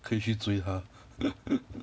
可以去追她